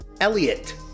Elliot